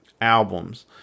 albums